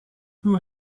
who